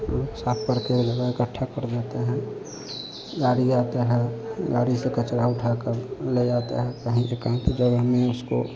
रोज़ साफ करके एक जगह एकट्ठा कर देते हैं गाड़ी आती है गाड़ी से कचरा उठाकर ले जाते है कहीं एकान्त जगह में उसको